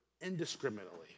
indiscriminately